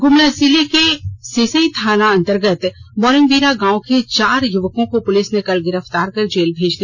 गुमला जिले के सिसई थाना अंतर्गत मोरेंगवीरा गांव के चार युवकों को पुलिस ने कल गिरफ्तार कर जेल भेज दिया